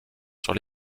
sur